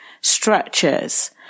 structures